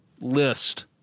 list